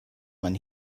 man